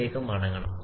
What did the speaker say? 76 മടങ്ങ് ആണ്